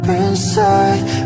inside